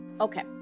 Okay